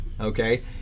okay